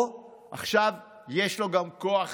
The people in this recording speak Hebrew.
או שעכשיו יש לו גם כוח